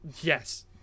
Yes